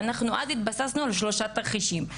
ואז התבססנו על שלושה תרחישים.